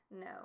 No